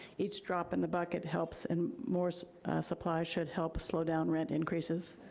each drop in the bucket helps and more supply should help slow down rent increases.